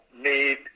need